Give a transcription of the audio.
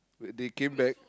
when they came back